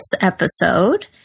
episode